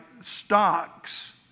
stocks